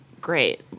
Great